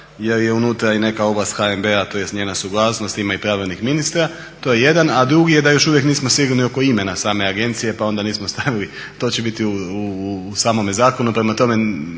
jel je unutra i neka ovlast HNB-a tj. njena suglasnost i pravednih ministra, to je jedan. A drugi je da još uvijek nismo sigurni oko imena same agencije pa onda nismo stavili, to će biti u samome zakonu. prema tome